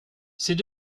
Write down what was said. c’est